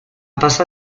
pasa